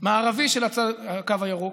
המערבי של הקו הירוק,